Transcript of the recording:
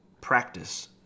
practice